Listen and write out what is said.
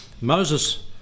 Moses